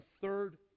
third